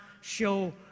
show